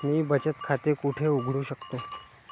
मी बचत खाते कुठे उघडू शकतो?